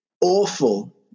awful